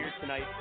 tonight